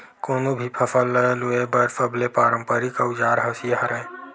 कोनो भी फसल ल लूए बर सबले पारंपरिक अउजार हसिया हरय